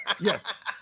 Yes